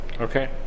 Okay